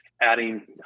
adding